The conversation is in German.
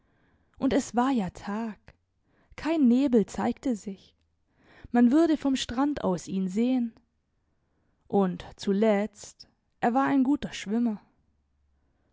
und es war ja tag kein nebel zeigte sich man würde vom strand aus ihn sehen und zuletzt er war ein guter schwimmer